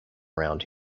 around